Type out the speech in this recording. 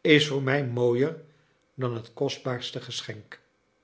is voor mij mooier dan het kostbaarste geschenk